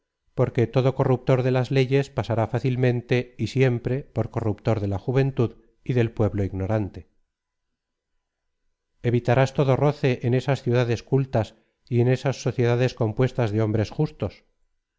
porque todo corruptor de las leyes pasará fácilmente y siempre por corruptor de la juventud y del pueblo ignorante evitarás todo roce en esas ciudades cultas y en esas sociedades compuestas de hombres justos